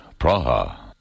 Praha